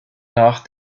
nach